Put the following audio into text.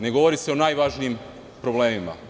Ne govori se o najvažnijim problemima.